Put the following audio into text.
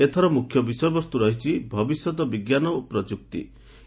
ଏଥର ମୁଖ୍ୟ ବିଷୟବସ୍ତୁ ରହିଛି 'ଭବିଷ୍ୟତ ଭାରତ ବିଜ୍ଞାନ ଓ ପ୍ରଯୁକ୍ତି'